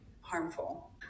harmful